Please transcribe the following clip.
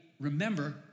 remember